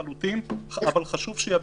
אבל חשוב שייאמר,